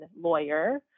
lawyer